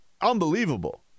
unbelievable